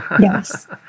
Yes